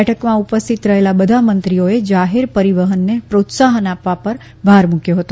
બેઠકમાં ઉપસ્થિત રહેલા બધા મંત્રીઓએ જાહેર પરીવહનને પ્રોત્સાહન આપવા પર ભાર મુકયો હતો